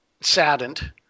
saddened